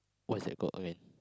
what is that called I mean